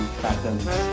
patterns